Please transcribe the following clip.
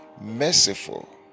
merciful